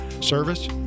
service